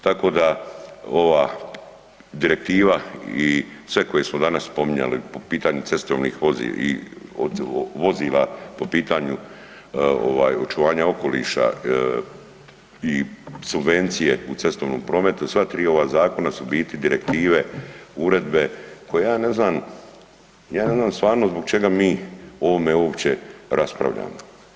Tako da ova direktiva i sve koje smo danas spominjali po pitanju cestovnih vozila, po pitanju ovaj očuvanja okoliša i subvencije u cestovnom prometu, sva tri ova zakona su u biti direktive, uredbe koje ja ne znam, ja ne znam stvarno zbog čega mi o ovome uopće raspravljamo.